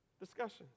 Discussions